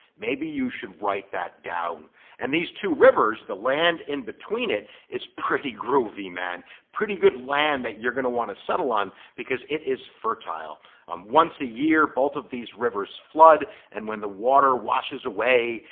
you should write that down and these two rivers the land in between it is pretty groovy man pretty good land that you're going to want to settle on because it is fertile um once a year both of these rivers flood and when the water washes away,